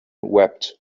wept